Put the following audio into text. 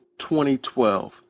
2012